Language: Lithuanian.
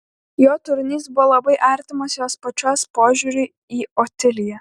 jo turinys buvo labai artimas jos pačios požiūriui į otiliją